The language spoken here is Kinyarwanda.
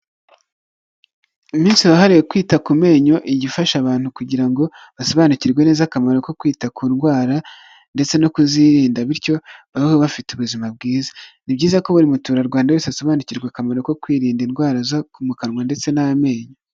Iminsi yahariwe kwita ku menyo, ijya ifasha abantu, kugira ngo basobanukirwe neza akamaro ko kwita ku ndwara, ndetse no kuzirinda, bityo babeho bafite ubuzima bwiza, ni byiza ko buri muturarwanda wese asobanukirwa, akamaro ko kwirinda indwara zo mu kanwa, ndetse n'amenyo.